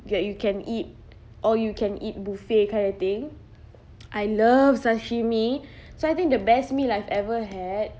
that you can eat all you can eat buffet kind of thing I love sashimi so I think the best meal I've ever had